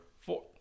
Four